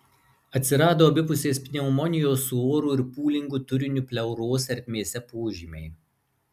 atsirado abipusės pneumonijos su oru ir pūlingu turiniu pleuros ertmėse požymiai